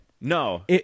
No